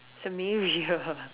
Samaria